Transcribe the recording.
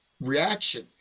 reaction